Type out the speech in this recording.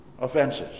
offenses